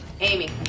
Amy